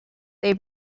they